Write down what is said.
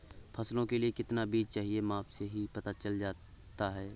फसलों के लिए कितना बीज चाहिए माप से ही पता चलता है